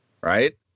right